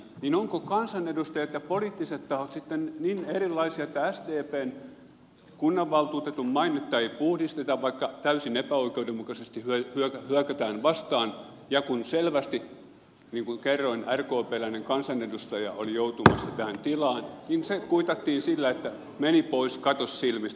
ovatko kansanedustajat ja poliittiset tahot sitten niin erilaisia että sdpn kunnanvaltuutetun mainetta ei puhdisteta vaikka täysin epäoikeudenmukaisesti hyökätään vastaan ja kun selvästi niin kuin kerroin rkpläinen kansanedustaja oli joutumassa tähän tilaan se kuitattiin sillä että meni pois katosi silmistä